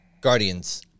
guardians